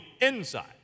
inside